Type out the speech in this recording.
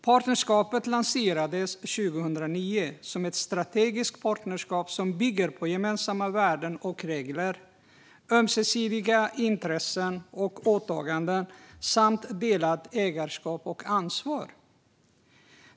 Partnerskapet lanserades 2009 som ett strategiskt partnerskap som bygger på gemensamma värden och regler, ömsesidiga intressen och åtaganden samt delat ägarskap och ansvar.